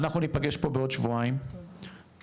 אנחנו ניפגש פה בעוד שבועיים בוועדה,